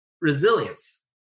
resilience